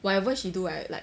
whatever she do I like